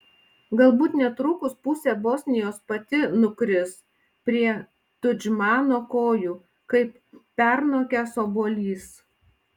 galbūt netrukus pusė bosnijos pati nukris prie tudžmano kojų kaip pernokęs obuolys